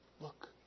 Look